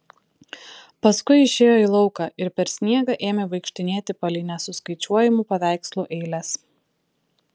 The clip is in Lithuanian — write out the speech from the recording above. paskui išėjo į lauką ir per sniegą ėmė vaikštinėti palei nesuskaičiuojamų paveikslų eiles